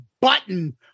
button